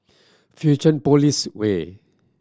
Fusionopolis Way